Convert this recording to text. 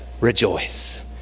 rejoice